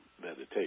meditation